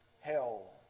hell